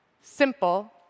simple